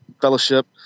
fellowship